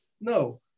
No